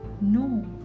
no